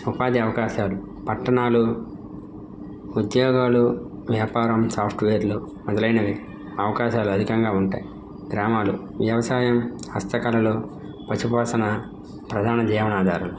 ఉపాధి అవకాశాలు పట్టణాలు ఉద్యోగాలు వ్యాపారం సాఫ్ట్వేర్లు మొదలైనవి అవకాశాలు అధికంగా ఉంటాయ్ గ్రామాలు వ్యవసాయం హస్తకళలు పశుపోషణా ప్రధాన జీవనాధారం